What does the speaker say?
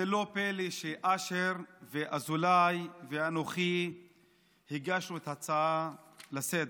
זה לא פלא שאשר ואזולאי ואנוכי הגשנו הצעה לסדר-היום,